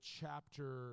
chapter